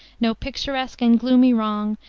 no picturesque and gloomy wrong,